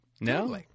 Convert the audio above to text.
No